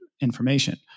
information